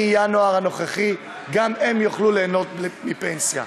מינואר הנוכחי גם הם יוכלו ליהנות מפנסיה.